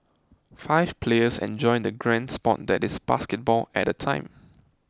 five players enjoy the grand sport that is basketball at a time